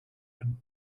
him